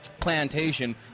Plantation